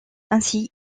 ainsi